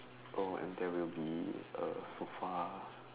oh and there will be a sofa